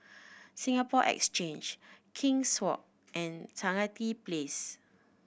Singapore Exchange King's Walk and Stangee Place